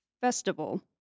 festival